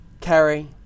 Carrie